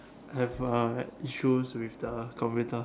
I have uh issues with the computer